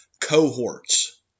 cohorts